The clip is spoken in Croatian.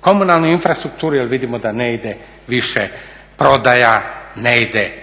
komunalnoj infrastrukturi jer vidimo da ne ide više prodaja, ne ide